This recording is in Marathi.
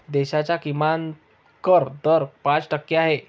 देशाचा किमान कर दर पाच टक्के आहे